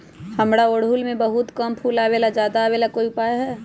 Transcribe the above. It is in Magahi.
हमारा ओरहुल में बहुत कम फूल आवेला ज्यादा वाले के कोइ उपाय हैं?